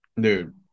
dude